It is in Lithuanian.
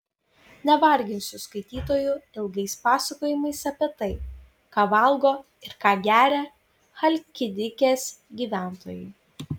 nevarginsiu skaitytojų ilgais pasakojimais apie tai ką valgo ir ką geria chalkidikės gyventojai